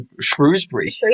Shrewsbury